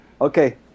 Okay